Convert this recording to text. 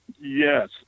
Yes